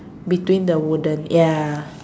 between the wooden ya